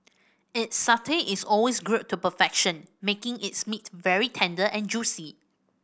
its satay is always grilled to perfection making its meat very tender and juicy